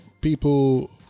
people